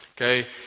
okay